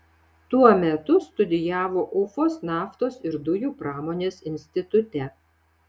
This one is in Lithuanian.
tuo metu studijavo ufos naftos ir dujų pramonės institute